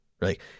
right